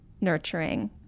nurturing